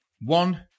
One